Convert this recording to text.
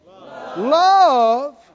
love